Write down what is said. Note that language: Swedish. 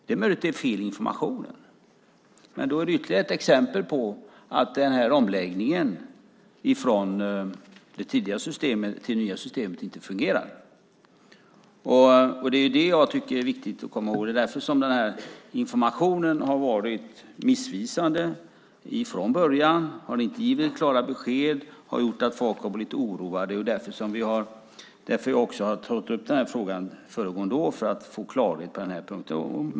Det är möjligt att det är felaktig information, men då är det ytterligare ett exempel på att omläggningen från det tidigare systemet till det nya inte fungerar. Detta tycker jag är viktigt att komma ihåg. Det är därför den här informationen har varit missvisande från början. Den har inte givit klara besked utan gjort att folk har blivit oroade. Det var också därför jag tog upp frågan föregående år för att få klarhet på den här punkten.